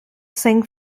sing